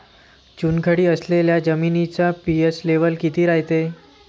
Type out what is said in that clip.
चुनखडी असलेल्या जमिनीचा पी.एच लेव्हल किती रायते?